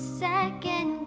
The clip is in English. second